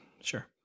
sure